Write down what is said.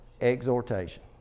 Exhortation